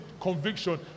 conviction